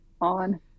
on